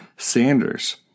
Sanders